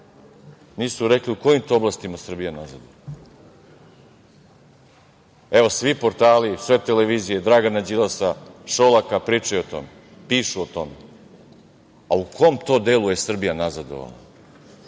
nisu rekli u kojim to oblastima Srbija nazaduje. Evo, svi portali, sve televizije Dragana Đilas, Šolaka pričaju o tome, pišu o tome. U kom to delu je Srbija nazadovala?